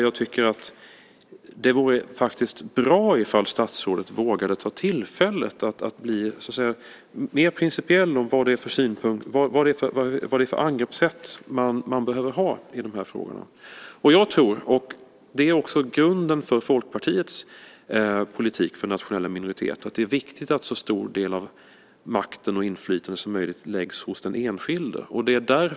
Jag tycker att det faktiskt vore bra om statsrådet vågade ta tillfället i akt att berätta mer principiellt vad det är för angreppssätt man behöver ha i de här frågorna. Jag tror, och det är också grunden för Folkpartiets politik för nationella minoriteter, att det är viktigt att en så stor del av makten och inflytandet som möjligt läggs hos den enskilde.